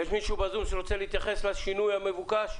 יש מישהו בזום שרוצה להתייחס לשינוי המבוקש?